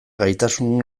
gaitasun